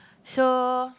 so